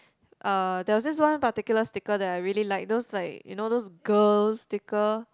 uh there was this one particular sticker that I really liked those like you know those girl sticker